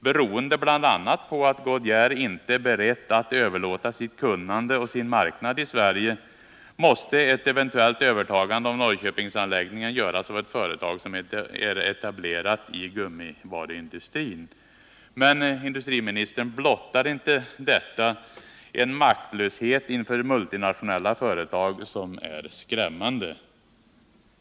Beroende på bl.a. att Goodyear inte är berett att överlåta sitt kunnande och sin marknad i Sverige måste ett eventuellt övertagande av Norrköpingsanläggningen göras av ett företag som är etablerat i gummivaruindustrin.” Men, herr industriminister, blottar inte detta en maktlöshet inför multinationella företag som är skrämmande?